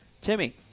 Timmy